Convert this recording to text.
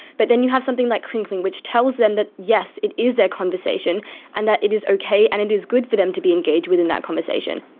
but then you have something like crinkling which tells them that, yes, it is their conversation and that it is okay and it is good for them to be engaged within that conversation.